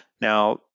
Now